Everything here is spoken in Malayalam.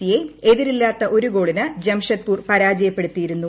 സിയെ എതിരില്ലാത്ത ഗോളിന് ഒരു ജംഷഡ്പൂർ പരാജയപ്പെടുത്തിയിരുന്നു